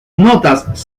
notas